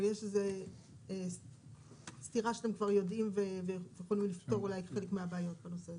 או יש סתירה שאתם כבר יודעים ויכולים לפתור אולי חלק מהבעיות בנושא הזה.